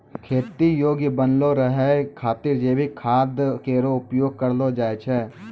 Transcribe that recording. खेती योग्य बनलो रहै खातिर जैविक खाद केरो उपयोग करलो जाय छै